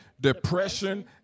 depression